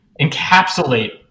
encapsulate